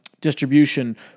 distribution